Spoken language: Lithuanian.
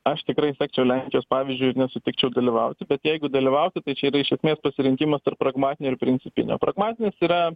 aš tikrai sekčiau lenkijos pavyzdžiu ir nesutikčiau dalyvauti bet jeigu dalyvauti tai čia yra iš esmės pasirinkimas tarp pragmatinio ir principinio pragmatinis yra